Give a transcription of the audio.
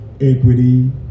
equity